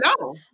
no